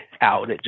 out